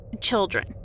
children